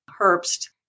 Herbst